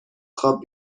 خواب